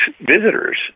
visitors